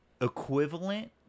equivalent